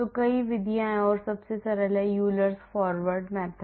तो कई विधियाँ हैं और सबसे सरल है ईयूलर्स फॉरवर्ड विधि